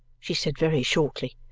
she said very shortly.